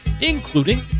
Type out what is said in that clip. including